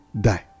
die